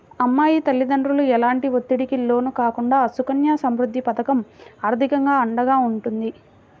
అమ్మాయి తల్లిదండ్రులు ఎలాంటి ఒత్తిడికి లోను కాకుండా సుకన్య సమృద్ధి పథకం ఆర్థికంగా అండగా ఉంటుంది